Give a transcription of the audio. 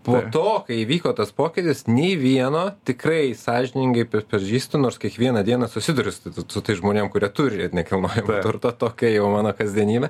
po to kai įvyko tas pokytis nei vieno tikrai sąžiningai pripažįstu nors kiekvieną dieną susidurius su tais žmonėm kurie turi nekilnojamojo turto tokia jau mano kasdienybė